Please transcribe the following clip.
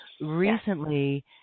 Recently